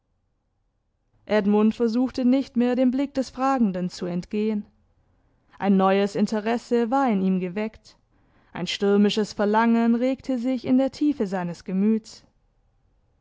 edmund versuchte nicht mehr dem blick des fragenden zu entgehen ein neues interesse war in ihm geweckt ein stürmisches verlangen regte sich in der tiefe seines gemüts